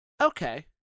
Okay